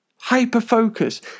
Hyper-focus